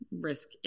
Risk